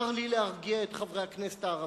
צר לי להרגיע את חברי הכנסת הערבים,